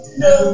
no